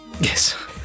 yes